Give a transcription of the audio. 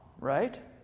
right